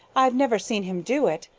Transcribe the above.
i've never seen him do it,